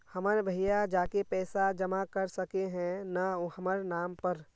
हमर भैया जाके पैसा जमा कर सके है न हमर नाम पर?